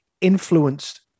influenced